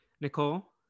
nicole